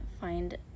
find